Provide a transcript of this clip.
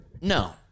No